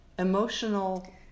emotional